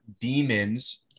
Demons